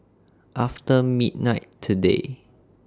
after midnight today